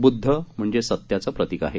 बुध्द म्हणजे सत्याचं प्रतिक आहे